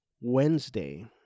Wednesday